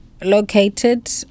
located